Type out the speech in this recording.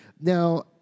Now